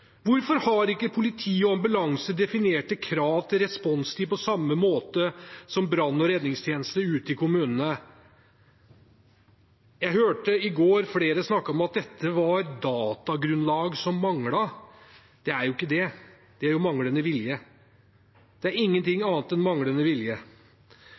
Hvorfor har ikke politi og ambulanse definerte krav til responstid på samme måte som brann- og redningstjenesten ute i kommunene? Jeg hørte i går flere snakke om at det var datagrunnlag som manglet. Det er jo ikke det – det er manglende vilje. Det er ingenting annet enn manglende vilje.